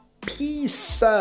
Peace